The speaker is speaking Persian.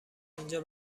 اینجا